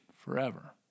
forever